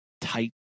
tight